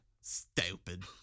stupid